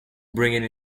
bringing